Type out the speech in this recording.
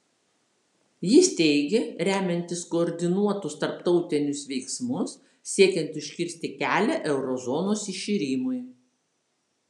jis teigė remiantis koordinuotus tarptautinius veiksmus siekiant užkirsti kelią euro zonos iširimui